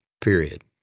period